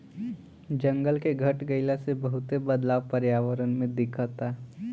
जंगल के घट गइला से बहुते बदलाव पर्यावरण में दिखता